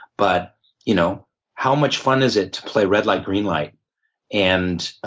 but you know how much fun is it to play red light, green light and